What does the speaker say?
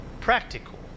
practical